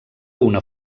una